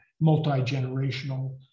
multi-generational